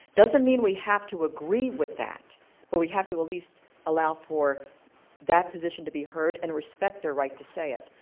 doesn't mean we have to agree with that but we have to at least allow for that position to be heard and respect their right to say it.